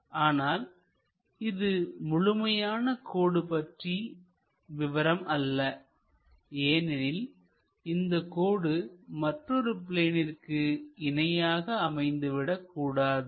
ஆனால் இது முழுமையான கோடு பற்றிய விவரம் அல்லஏனெனில் இந்தக் கோடு மற்றொரு பிளேனிற்கு இணையாக அமைந்துவிடக்கூடாது